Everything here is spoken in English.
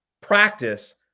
practice